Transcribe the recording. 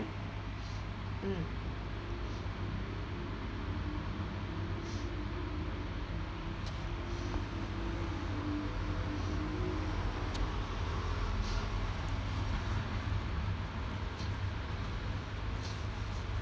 mm